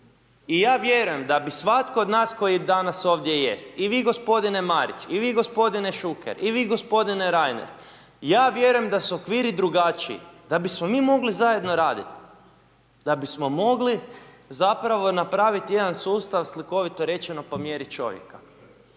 i ja vjerujem da bi svatko od nas koji danas jest, i vi gospodine Marić, i vi gospodine Šuker, i vi gospodine Reiner, ja vjerujem da su okviri drugačiji da bismo mi mogli zajedno raditi, da bismo mogli, zapravo, napraviti jedan sustav, slikovito rečemo, po mjeri čovjeka.